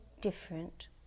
different